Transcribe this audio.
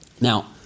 Now